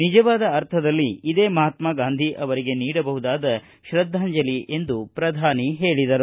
ನಿಜವಾದ ಅರ್ಥದಲ್ಲಿ ಇದೇ ಮಹಾತ್ಮಾ ಗಾಂಧೀ ಅವರಿಗೆ ನೀಡಬಹುದಾದ ಶೃದ್ಧಾಂಜಲಿ ಎಂದು ಪ್ರಧಾನಿ ಹೇಳಿದರು